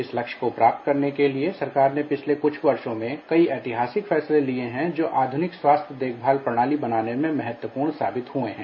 इस लक्ष्य को प्राप्त करने के लिए सरकार ने पिछले कुछ वर्षो में कई ऐतिहासिक फैसले लिए हैं जो आधुनिक स्वास्थय देखभाल प्रणाली बनाने में महत्वपूर्ण साबित हुए हैं